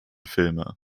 filme